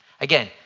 Again